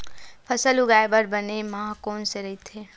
फसल उगाये बर बने माह कोन से राइथे?